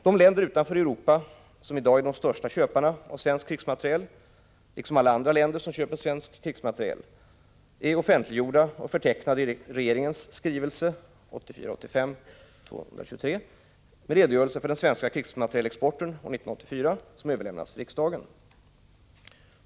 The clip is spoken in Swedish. De länder utanför Europa som i dag är de största köparna av svensk krigsmateriel — liksom alla andra länder som köper svensk krigsmateriel — är offentliggjorda och förtecknade i regeringens skrivelse med redogörelse för den svenska krigsmaterielexporten år 1984 som överlämnats till riksdagen.